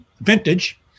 vintage